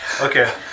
Okay